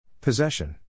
Possession